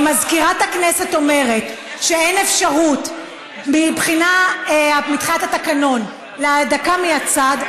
אם מזכירת הכנסת אומרת שאין אפשרות מבחינת התקנון לדקה מהצד,